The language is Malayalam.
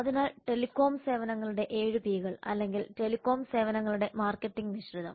അതിനാൽ ടെലികോം സേവനങ്ങളുടെ 7 P കൾ അല്ലെങ്കിൽ ടെലികോം സേവനങ്ങളുടെ മാർക്കറ്റിംഗ് മിശ്രിതം